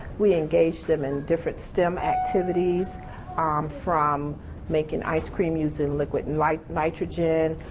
we engage them in different stem activities um from making ice cream using liquid like nitrogen,